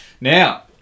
Now